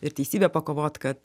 ir teisybę pakovot kad